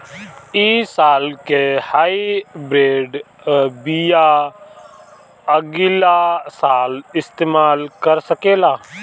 इ साल के हाइब्रिड बीया अगिला साल इस्तेमाल कर सकेला?